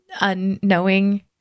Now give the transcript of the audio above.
unknowing